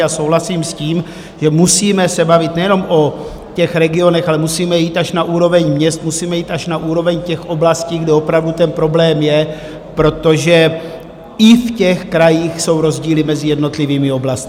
A souhlasím s tím, že se musíme bavit nejenom o těch regionech, ale musíme jít až na úroveň měst, musíme jít až na úroveň těch oblastí, kde opravdu ten problém je, protože i v těch krajích jsou rozdíly mezi jednotlivými oblastmi.